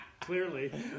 Clearly